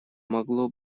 могло